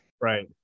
Right